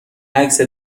عکس